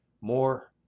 more